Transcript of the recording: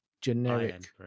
generic